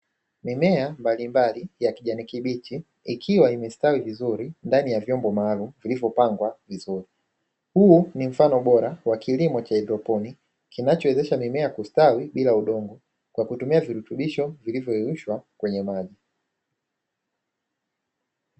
Mimea mbalimbali ya kijani kibichi, ikiwa imestawi vizuri ndani ya vyombo maalumu vilivyopangwa vizuri. Huu ni mfano bora wa kilimo cha haidroponi, kinachowezesha mimea kustawi bila udongo kwa kutumia virutubisho vilivyoyeyushwa kwenye maji.